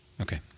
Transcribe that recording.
Okay